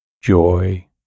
joy